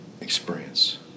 experience